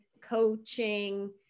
coaching